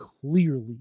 clearly